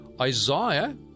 Isaiah